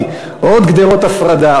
כי עוד גדרות הפרדה,